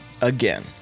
again